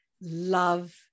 love